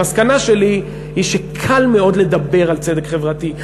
המסקנה שלי היא שקל מאוד לדבר על צדק חברתי,